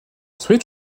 soyez